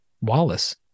Wallace